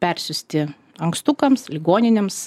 persiųsti ankstukams ligoninėms